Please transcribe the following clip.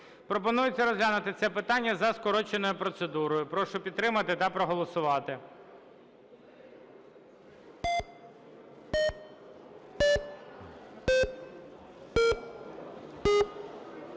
Пропонується розглянути це питання за скороченою процедурою, прошу підтримати та проголосувати.